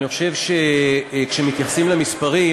אני חושב שכשמתייחסים למספרים,